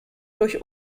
durch